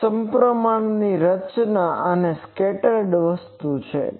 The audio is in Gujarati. તે સપ્રમાણ રચના છે અને આ સ્કેટરડ વસ્તુ છે